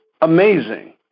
amazing